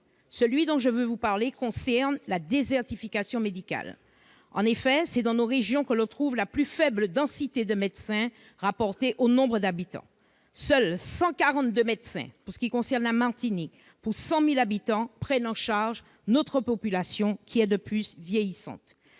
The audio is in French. Celui dont je veux vous parler concerne la désertification médicale. En effet, c'est dans nos régions que l'on trouve la plus faible densité de médecins rapportés au nombre d'habitants. Ainsi en Martinique, 542 médecins seulement pour 100 000 habitants prennent en charge une population, qui plus est vieillissante.